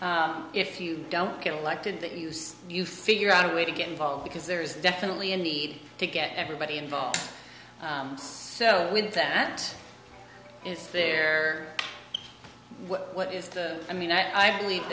if you don't get elected to use you figure out a way to get involved because there is definitely a need to get everybody involved so with that is there what is the i mean i believe